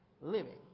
living